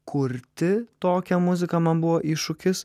kurti tokią muziką man buvo iššūkis